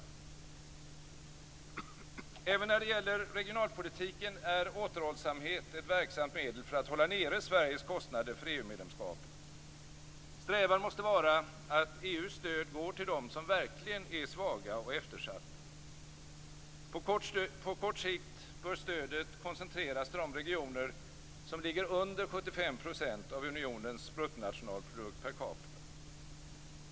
Även när det gäller regionalpolitiken är återhållsamhet ett verksamt medel för att hålla nere Sveriges kostnader för EU-medlemskapet. Strävan måste vara att EU:s stöd går till dem som verkligen är svaga och eftersatta. På kort sikt bör stödet koncentreras till de regioner som ligger under 75 % av unionens bruttonationalprodukt per capita.